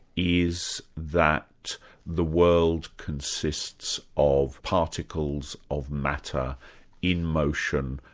is that the world consists of particles of matter in motion,